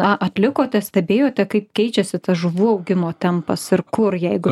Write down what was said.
na atlikote stebėjote kaip keičiasi tas žuvų augimo tempas ir kur jeigu